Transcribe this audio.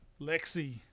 Lexi